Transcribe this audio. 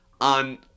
on